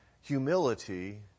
Humility